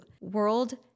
World